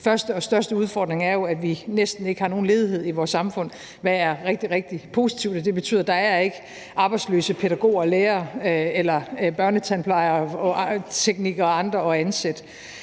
første og største udfordring er jo, at vi næsten ikke har nogen ledighed i vores samfund, hvad der er rigtig, rigtig positivt, men det betyder, at der ikke er arbejdsløse pædagoger og lærere, børnetandplejere eller teknikere eller andre at ansætte.